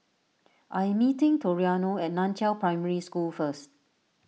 I am meeting Toriano at Nan Chiau Primary School first